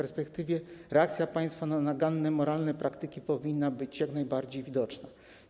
Reakcja państwa na naganne moralnie praktyki powinna być jak najbardziej widoczna.